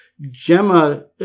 Gemma